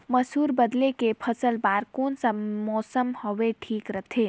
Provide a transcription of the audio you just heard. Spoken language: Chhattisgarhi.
मसुर बदले के फसल बार कोन सा मौसम हवे ठीक रथे?